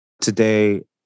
today